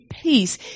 peace